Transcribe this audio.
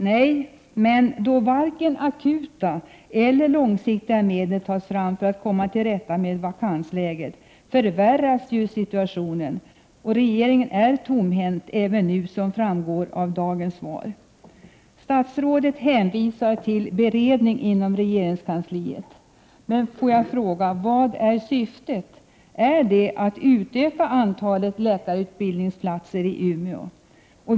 Nej, men då varken akuta eller långsiktiga medel tas fram för att man skall kunna komma till rätta med vakansläget, förvärras ju situationen. Regeringen är tomhänt även nu, som framgår av dagens svar. Statsrådet hänvisar till beredningen inom regeringskansliet. Får jag då fråga: Vad är syftet? Är det att utöka antalet läkarutbildningsplatser i Umeå?